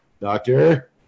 doctor